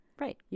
Right